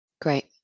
Great